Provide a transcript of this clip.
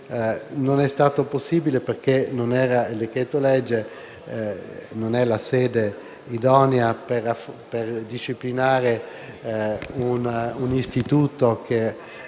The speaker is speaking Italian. Non è stato possibile perché il decreto‑legge non è la sede idonea per disciplinare un istituto così